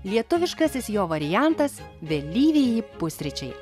lietuviškasis jo variantas vėlyvieji pusryčiai